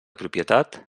propietat